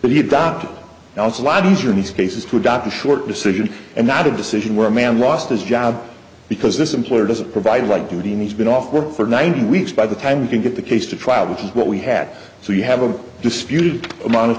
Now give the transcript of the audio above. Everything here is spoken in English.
but he adopted now it's a lot easier in these cases to adopt a short decision and not a decision where a man lost his job because this employer doesn't provide like today and he's been off work for ninety weeks by the time you can get the case to trial which is what we had so you have a disputed amount of